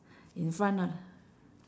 in front [one]